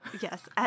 Yes